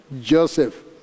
Joseph